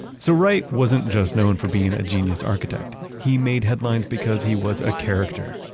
so wright wasn't just known for being a genius architect, he made headlines because he was a character.